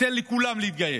שתיתן לכולם להתגייס,